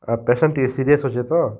ଆର୍ patient ଟିକେ serious ଅଛେ ତ